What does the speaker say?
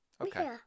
Okay